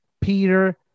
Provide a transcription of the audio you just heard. Peter